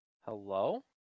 Hello